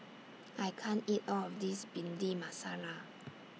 I can't eat All of This Bhindi Masala